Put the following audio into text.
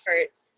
efforts